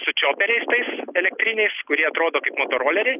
su čioperiais tais elektriniais kurie atrodo kaip motoroleriai